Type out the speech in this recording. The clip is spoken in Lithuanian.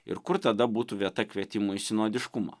ir kur tada būtų vieta kvietimui į sinodiškumą